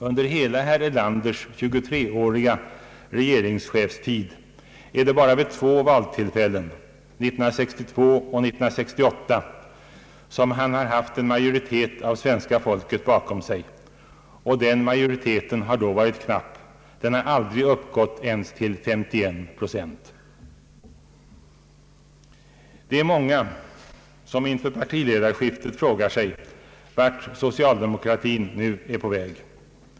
Under hela herr Erlanders 23-åriga regeringschefstid är det väl bara vid två valtillfällen — 1962 och 1968 — som han har haft en majoritet av svenska folket bakom sig, och den majoriteten har då varit knapp; den har aldrig uppgått ens till 51 procent. Det är många som inför partiledarskiftet frågar sig vart socialdemokratin nu är på väg.